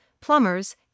plumbers